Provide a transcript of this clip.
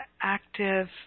active